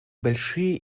большие